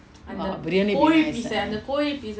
!wah! biryani very nice